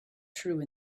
true